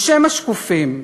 בשם השקופים.